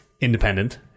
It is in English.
independent